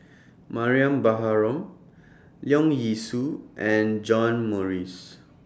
Mariam Baharom Leong Yee Soo and John Morrice